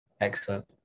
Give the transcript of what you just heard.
excellent